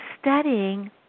studying